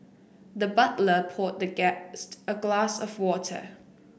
the butler poured the guest a glass of water